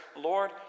Lord